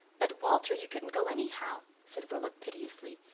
but, walter, you couldn't go anyhow, said rilla piteously.